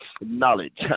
knowledge